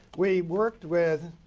we worked with